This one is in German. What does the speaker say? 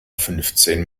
fünfzehn